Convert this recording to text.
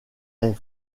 est